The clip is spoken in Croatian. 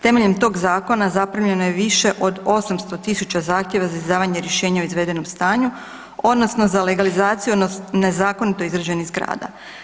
Temeljem tog zakona zaprimljeno je više 800.000 zahtjeva za izdavanje rješenja o izvedenom stanju odnosno za legalizaciju nezakonito izgrađenih zgrada.